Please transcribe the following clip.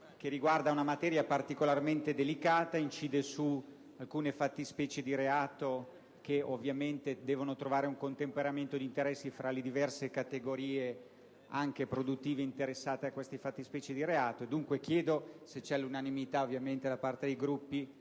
che riguarda una materia particolarmente delicata e che incide su alcune fattispecie di reato che devono trovare un contemperamento di interessi fra le diverse categorie anche produttive interessate a tali fattispecie di reato. Dunque chiedo, se vi è unanimità da parte dei Gruppi,